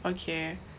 okay